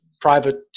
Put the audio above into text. private